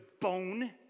bone